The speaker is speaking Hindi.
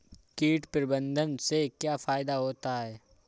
कीट प्रबंधन से क्या फायदा होता है?